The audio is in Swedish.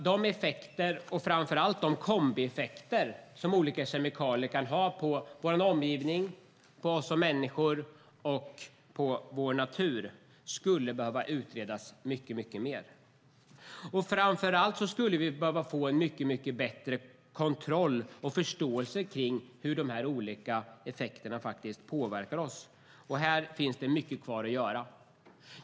De effekter och framför allt de kombieffekter som olika kemikalier kan ha på vår omgivning, på oss människor och på vår natur skulle nämligen behöva utredas mycket mer. Framför allt skulle vi behöva få en mycket bättre kontroll av och förståelse för hur de här olika effekterna faktiskt påverkar oss. Här finns det mycket kvar att göra.